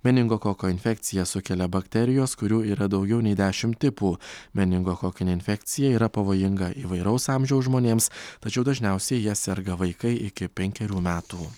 meningokoko infekciją sukelia bakterijos kurių yra daugiau nei dešimt tipų meningokokinė infekcija yra pavojinga įvairaus amžiaus žmonėms tačiau dažniausiai ja serga vaikai iki penkerių metų